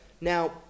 Now